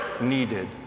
needed